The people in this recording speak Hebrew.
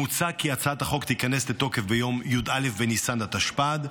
מוצע כי הצעת החוק תיכנס לתוקף ביום י"א בניסן התשפ"ד,